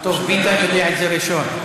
טוב, ביטן יודע את זה ראשון.